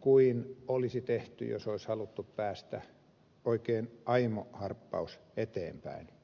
kuin olisi tehty jos olisi haluttu päästä oikein aimo harppaus eteenpäin